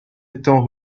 étant